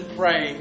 pray